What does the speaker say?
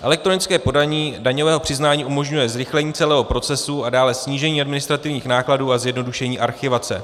Elektronické podání daňového přiznání umožňuje zrychlení celého procesu a dále snížení administrativních nákladů a zjednodušení archivace.